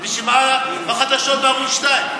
אז בשביל מה בחדשות בערוץ 2?